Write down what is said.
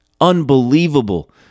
Unbelievable